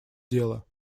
дело